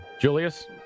Julius